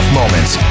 moments